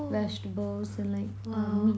vegetables and like uh meat